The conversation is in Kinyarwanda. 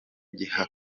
gihanwa